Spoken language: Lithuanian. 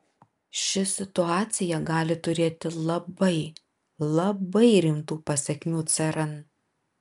ši situacija gali turėti labai labai rimtų pasekmių cern